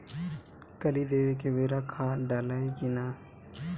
कली देवे के बेरा खाद डालाई कि न?